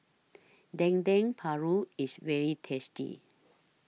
Dendeng Paru IS very tasty